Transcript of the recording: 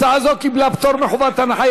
הצעה זו קיבלה פטור מחובת הנחה.